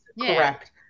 correct